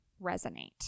resonate